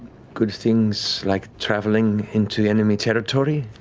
good things like traveling into enemy territory?